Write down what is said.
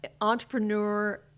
entrepreneur